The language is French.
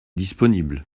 disponible